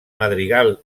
madrigal